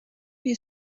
you